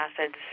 acids